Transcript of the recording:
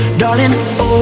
darling